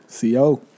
CO